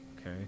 okay